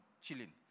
chilling